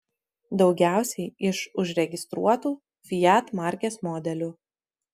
daugiausiai iš užregistruotų fiat markės modelių